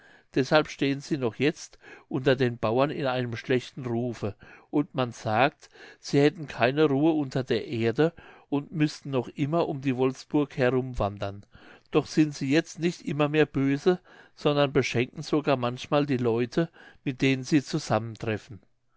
deshalb stehen sie noch jetzt unter den bauern in einem schlechten rufe und man sagt sie hätten keine ruhe unter der erde und müßten noch immer um die wolfsburg herum wandern doch sind sie jetzt nicht immer mehr böse sondern beschenken sogar manchmal die leute mit denen sie zusammentreffen